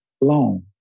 long